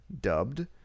dubbed